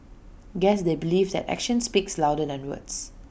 guess they believe that actions speak louder than words